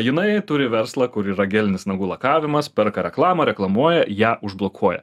jinai turi verslą kur yra gelinis nagų lakavimas perka reklamą reklamuoja ją užblokuoja